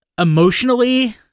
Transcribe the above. Emotionally